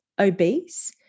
obese